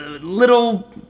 little